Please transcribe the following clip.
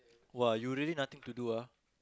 !wah! you really nothing to do ah